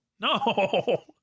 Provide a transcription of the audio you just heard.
No